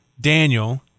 Daniel